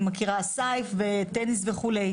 שוב,